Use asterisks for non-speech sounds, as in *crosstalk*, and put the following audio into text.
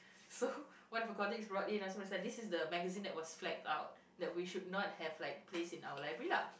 so *laughs* one of her colleagues brought in this is the magazine that was flagged out that we should not have like placed in our library lah